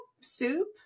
soup